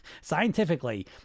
scientifically